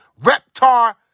Reptar